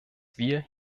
wir